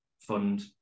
fund